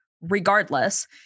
regardless